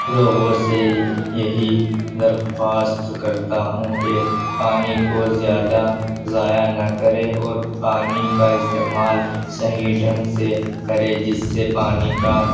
لوگوں سے یہی درخواست کرتا ہوں کہ پانی کو زیادہ ضائع نہ کریں اور پانی کا استعمال صحیح ڈھنگ سے کرے جس سے پانی کا